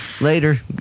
Later